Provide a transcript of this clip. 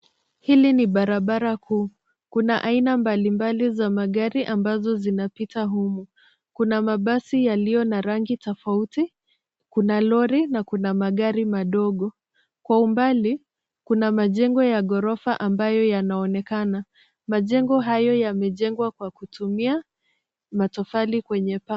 Hili ni barabara kuu, kuna aina mbalimbali za magari ambazo zinapita humo. Kuna mabasi yaliyo na rangi tofauti, kuna lori na kuna magari madogo. Kwa umbali kuna majengo ya ghorofa ambayo yanaonekana. Majengo hayo yamejengwa kwa kutumia matofali kwenye paa.